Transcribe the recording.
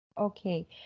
Okay